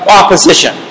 opposition